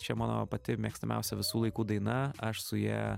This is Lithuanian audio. čia mano pati mėgstamiausia visų laikų daina aš su ja